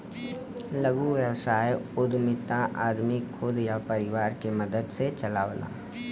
लघु व्यवसाय उद्यमिता आदमी खुद या परिवार के मदद से चलावला